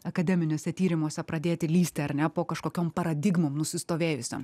akademiniuose tyrimuose pradėti lįsti ar ne po kažkokiom paradigmom nusistovėjusiom